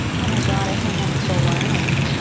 oh, my god. i think i'm still learning.